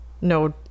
no